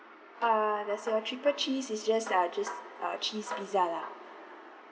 err does your triple cheese is just uh just uh cheese pizza lah